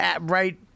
right